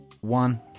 One